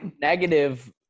negative